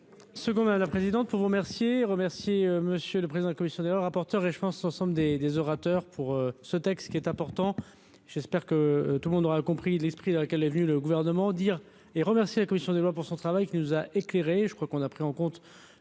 Ce qu'on a la présidente pour vous remercier, remercier Monsieur le Président commission d'rapporteur, et je pense ensemble des des orateurs pour ce texte qui est important, j'espère que tout le monde aura compris l'esprit dans lequel est venu le gouvernement dire et remercié la commission des lois pour son travail, que nous a éclairés, je crois qu'on a pris en compte